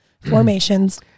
Formations